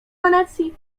wenecji